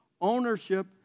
ownership